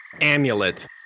amulet